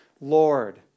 Lord